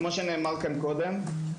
כמו שנאמר כאן קודם,